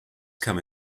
come